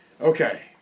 Okay